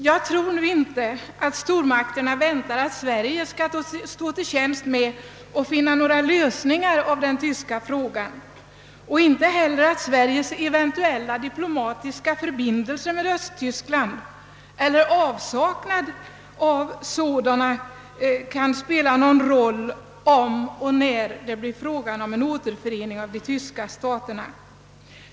Jag tror nu inte att stormakterna räknar med att Sverige skall stå till tjänst med några lösningar i den tyska frågan och jag tror inte heller att man anser att Sveriges eventuella diplomatiska förbindelser med Östtyskland eller avsaknaden av sådana kan spela någon roll om och när det blir fråga om en återförening av de tyska staterna.